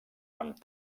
amb